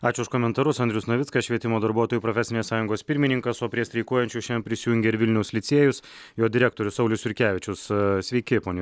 ačiū už komentarus andrius navickas švietimo darbuotojų profesinės sąjungos pirmininkas o prie streikuojančių šiandien prisijungė ir vilniaus licėjus jo direktorius saulius jurkevičius sveiki pone